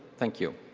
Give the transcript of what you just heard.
thank you.